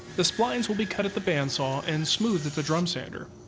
the splines will be cut at the band saw and smoothed at the drum sander.